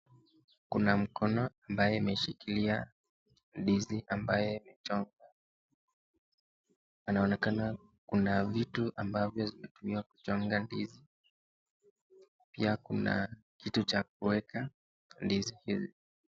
Kuna mkono ambaye imeshikilia ndizi ambaye imechongwa, inaonekana kuna vitu ambavyo vimetumiwa kuchonga ndizi pia kuna kitu cha kuweka ndizi hizi.